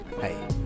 hey